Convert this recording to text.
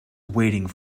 waiting